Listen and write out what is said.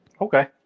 Okay